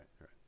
right